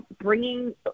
bringing